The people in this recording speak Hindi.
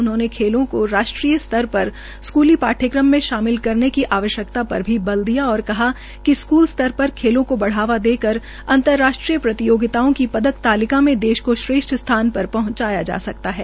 उन्होंने खेलों को राष्ट्रीय स्तर पर स्कूली पाठ्यक्रमों मे शमिल करने की आवश्यकता पर भी बल दिया और कहा कि स्कूल स्तर पर खेलों को बढ़ावा देकर अंतर्राष्ट्रीय प्रतियोगिताओं की पदक तालिका में देश का श्रेष्ठ स्थान पहंचाया जा सकते है